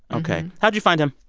ok. how'd you find him?